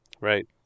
right